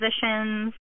positions